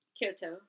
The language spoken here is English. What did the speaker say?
Kyoto